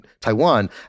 Taiwan